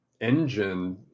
engine